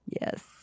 yes